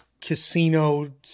casino